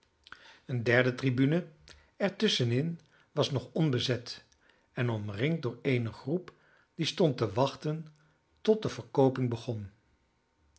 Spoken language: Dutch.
een derde tribune er tusschen in was nog onbezet en omringd door eene groep die stond te wachten tot de verkooping begon